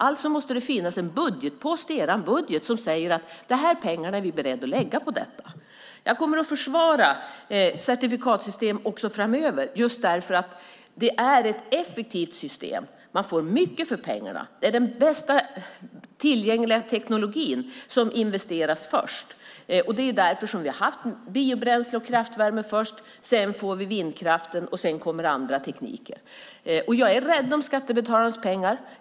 Det måste alltså finnas en budgetpost i er budget som säger: Dessa pengar är vi beredda att lägga på detta. Jag kommer att försvara certifikatsystem också framöver just därför att det är ett effektivt system. Man får mycket för pengarna. Det investeras först i den bästa tillgängliga tekniken. Vi har först haft biobränsle och kraftvärme. Sedan kommer vindkraften och andra tekniker. Jag är rädd om skattebetalarnas pengar.